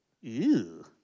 Ew